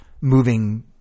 moving